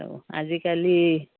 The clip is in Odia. ଆଉ ଆଜିକାଲି